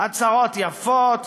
הצהרות יפות,